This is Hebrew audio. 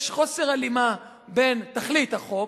שיש חוסר הלימה בין תכלית החוק,